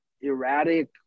erratic